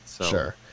Sure